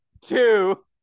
two